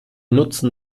nutzen